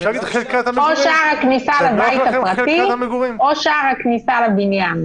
או שער הכניסה לבית הפרטי או שער הכניסה לבניין.